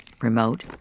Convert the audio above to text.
remote